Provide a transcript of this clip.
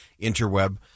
interweb